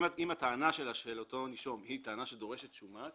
אם הטענה של אותו נישום היא טענה שדורשת שומה,